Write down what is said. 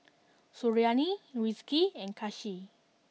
Suriani Rizqi and Kasih